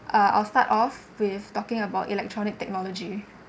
uh I'll start off with talking about electronic technology